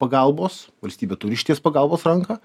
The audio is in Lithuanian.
pagalbos valstybė turi ištiest pagalbos ranką